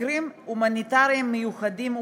במקרים הומניטריים מיוחדים,